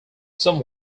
some